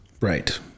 Right